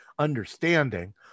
understanding